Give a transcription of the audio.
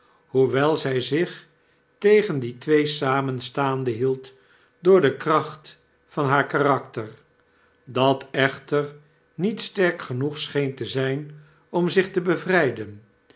hoewel zij zich tegen die twee samen staande hield door dekracht van haar karakter dat echter niet sterk genoeg scheen te zjjn om zich te bevrydeu